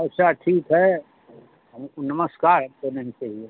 अच्छा ठीक है नमस्कार